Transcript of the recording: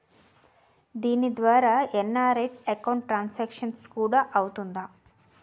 దీని ద్వారా NRI account transaction కూడా అవుతుందా?